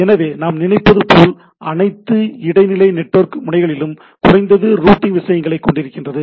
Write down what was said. எனவே நாம் நினைப்பது போல் அனைத்து இடைநிலை நெட்வொர்க் முனைகளும் குறைந்தது ரூட்டிங் விஷயங்களைக் கொண்டிருக்கின்றன